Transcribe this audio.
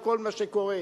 על כל מה שקורה.